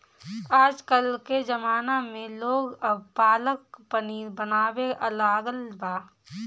आजकल के ज़माना में लोग अब पालक पनीर बनावे लागल बा